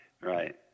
Right